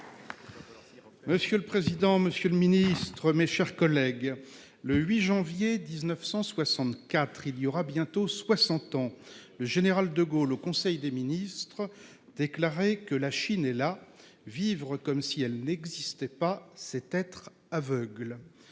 Monsieur le président, monsieur le ministre, mes chers collègues, le 8 janvier 1964- il y aura bientôt soixante ans -le général de Gaulle, en conseil des ministres, déclarait :« La Chine est là. Vivre comme si elle n'existait pas, c'est être aveugle